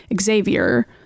Xavier